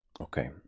Okay